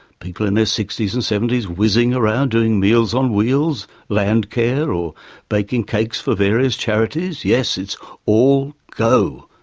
people in their sixty s and seventy s whizzing around doing meals on wheels, landcare or baking cakes for various charities. yes, it's all go.